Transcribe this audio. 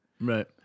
Right